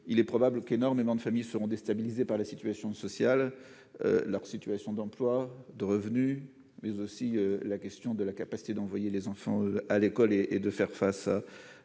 il est probable qu'énormément de familles seront déstabilisés par la situation sociale, leur situation d'emploi de revenus mais aussi la question de la capacité d'envoyer les enfants à l'école et et de faire face à